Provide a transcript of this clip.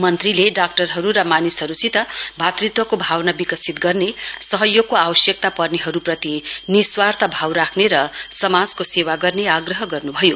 मन्त्रीले डाक्टरहरू र मानिसहरूसित भातृत्वको भावना विकसित गर्ने सहयोगको आवश्यकता पर्नेहरूप्रति निस्वार्थ भाव राख्ने र समाजको सेवा गर्ने आग्रह गर्न्भयो